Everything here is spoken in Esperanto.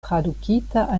tradukita